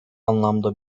anlamda